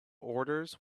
orders